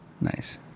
Nice